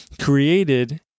created